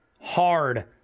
hard